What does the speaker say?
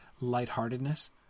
lightheartedness